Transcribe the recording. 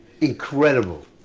Incredible